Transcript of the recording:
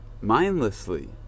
mindlessly